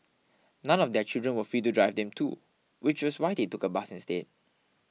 none of their children were free to drive them too which was why they took a bus instead